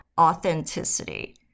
authenticity